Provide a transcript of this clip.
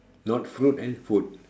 not fruit eh food